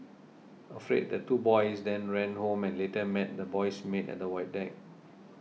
afraid the two boys then ran home and later met the boy's maid at the void deck